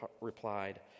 replied